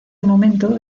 momento